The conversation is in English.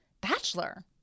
bachelor